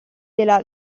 della